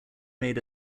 made